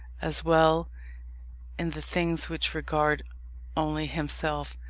as well in the things which regard only himself,